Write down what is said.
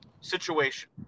situation